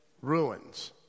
ruins